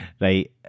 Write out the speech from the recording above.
Right